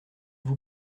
vous